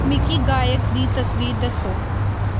मिगी गायक दी तस्वीर दस्सो